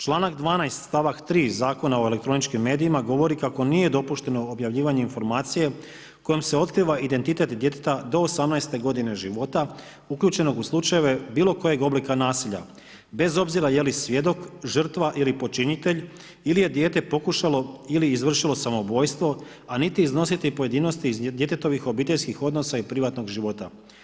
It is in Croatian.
Članak 12. stavak 3. Zakona o elektroničkim medijima govori kako nije dopušteno objavljivanje informacije kojom se otkriva identitet djeteta do 18. godine života uključenog u slučajeve bilo kojeg oblika nasilja bez obzira jeli svjedok, žrtva ili počinitelj ili je dijete pokušalo ili izvršilo samoubojstvo, a niti iznositi pojedinosti iz djetetovih obiteljskih odnosa i privatnog života.